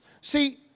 See